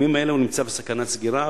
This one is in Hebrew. בימים האלה הוא נמצא בסכנת סגירה,